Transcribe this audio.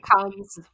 comes